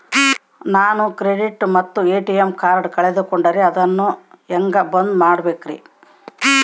ನಾನು ಕ್ರೆಡಿಟ್ ಮತ್ತ ಎ.ಟಿ.ಎಂ ಕಾರ್ಡಗಳನ್ನು ಕಳಕೊಂಡರೆ ಅದನ್ನು ಹೆಂಗೆ ಬಂದ್ ಮಾಡಿಸಬೇಕ್ರಿ?